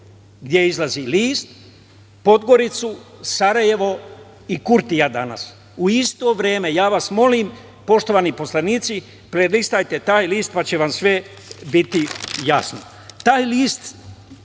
gde izlazi list Podgoricu, Sarajevo, i Kurtija danas, u isto vreme i ja vas molim poštovani poslanici prelistajte taj list, pa će vam sve biti jasno. Taj